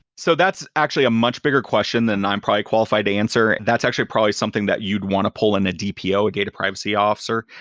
so that's actually a much bigger question than i'm probably qualified answer. that's actually probably something that you'd want to pull in a dpo, a data privacy officer,